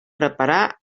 preparar